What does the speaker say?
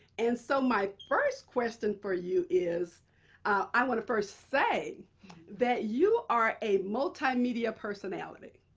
and so my first question for you is i want to first say that you are a multimedia personality.